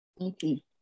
Okay